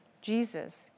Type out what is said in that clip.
Jesus